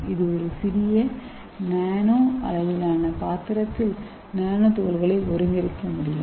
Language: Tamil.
இது ஒரு சிறிய நானோ அளவிலான பாத்திரத்தில் நானோ துகள்களை ஒருங்கிணைக்க முடியும்